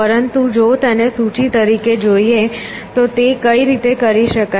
પરંતુ જો તેને સૂચિ તરીકે જોઈએ તો તે કઈ રીતે કરી શકાય